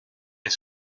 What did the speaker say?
est